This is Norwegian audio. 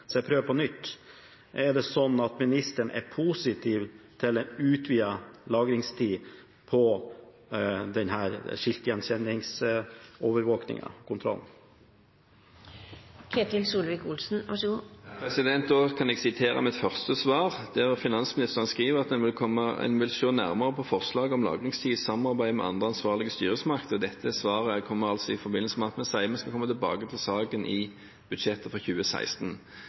jeg på nytt: Er ministeren positiv til en utvidet lagringstid på denne skiltgjenkjenningsovervåkingen? Da kan jeg sitere mitt første svar. Finansministeren skriver: «Vi vil òg sjå nærare på forslaget om lagringstid i samarbeid med andre ansvarlege styresmakter.» Dette svaret kommer altså i forbindelse med at vi sier at vi skal komme tilbake til saken i budsjettet for 2016.